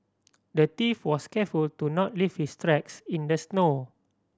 the thief was careful to not leave his tracks in the snow